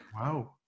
Wow